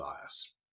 bias